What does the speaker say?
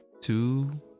two